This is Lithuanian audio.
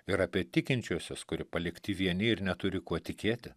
ir apie tikinčiuosius kurie palikti vieni ir neturi kuo tikėti